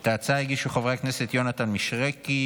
את ההצעה הגישו חברי הכנסת יונתן מישרקי,